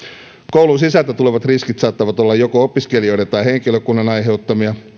koulun sisältä tulevat riskit saattavat olla joko opiskelijoiden tai henkilökunnan aiheuttamia